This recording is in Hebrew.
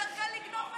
יותר קל לגנוב מהם.